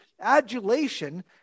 adulation